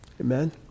Amen